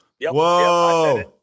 Whoa